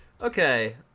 Okay